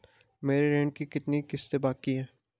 मेरे ऋण की कितनी किश्तें बाकी हैं?